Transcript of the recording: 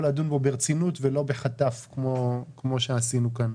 לדון בו ברצינות ולא בחטף כמו שעשינו כאן.